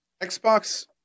Xbox